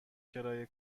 کرایه